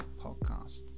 podcast